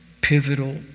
pivotal